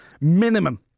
minimum